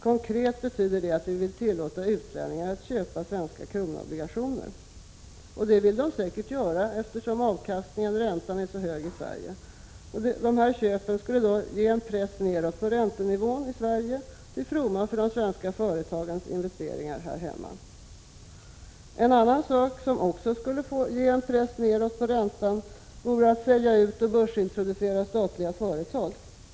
Konkret betyder det att vi vill tillåta utlänningar att köpa svenska kronobligationer. Detta skulle de säkert vilja göra, eftersom räntan är högre i Sverige. Deras köp skulle då medverka till en press nedåt på den svenska räntenivån, till fromma för de svenska företagens investeringar här hemma. En annan sak som också skulle sätta en press nedåt på räntenivån vore att sälja ut och börsintroducera statliga företag.